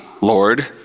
Lord